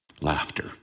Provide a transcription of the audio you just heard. Laughter